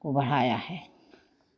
को बढ़ाया है